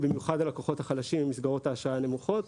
במיוחד הלקוחות החלשים עם מסגרות האשראי הנמוכות.